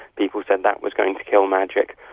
people said that was going to kill magic.